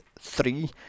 three